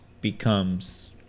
becomes